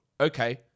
okay